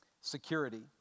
security